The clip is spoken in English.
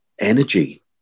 energy